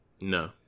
No